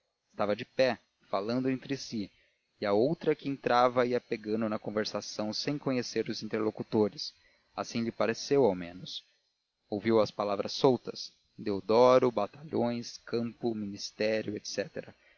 estava de pé falando entre si e a outra que entrava ia pegando na conversação sem conhecer os interlocutores assim lhe pareceu ao menos ouviu umas palavras soltas deodoro batalhões campo ministério